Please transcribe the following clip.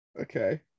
Okay